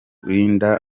linda